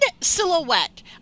silhouette